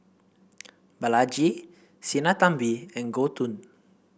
Balaji Sinnathamby and Gouthu